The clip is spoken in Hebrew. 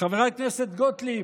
חברת הכנסת גוטליב,